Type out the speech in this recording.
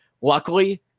Luckily